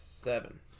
Seven